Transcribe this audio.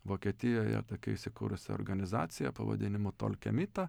vokietijoje tokia įsikūrusia organizacija pavadinimu tolkemita